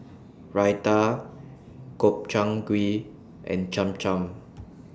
Raita Gobchang Gui and Cham Cham